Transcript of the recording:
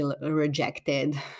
rejected